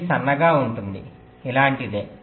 ఇది సన్నగా ఉంటుంది ఇలాంటిదే